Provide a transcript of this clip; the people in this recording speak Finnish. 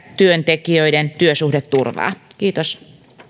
työntekijöiden työsuhdeturvaa kiitos